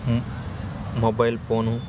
mobile phone